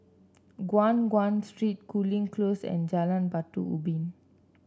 Guan Chuan Street Cooling Close and Jalan Batu Ubin